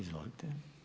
Izvolite.